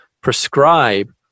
prescribe